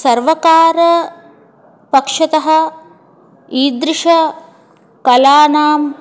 सर्वकारपक्षतः ईदृशकलानां